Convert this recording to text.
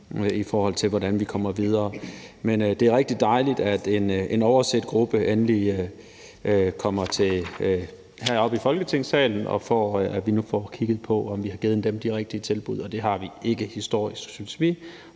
i forhold til hvordan vi kommer videre. Men det er rigtig dejligt, at en overset gruppe endelig kommer herop i Folketingssalen, og at vi nu får kigget på, om vi har givet dem de rigtige tilbud. Det synes vi ikke man har